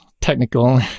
technical